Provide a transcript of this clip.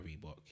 Reebok